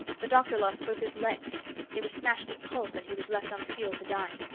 the doctor lost both his legs they were smashed to pulp and he was left on the field to die.